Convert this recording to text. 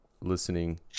listening